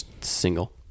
single